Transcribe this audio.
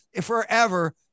forever